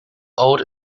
old